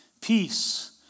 peace